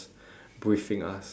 briefing us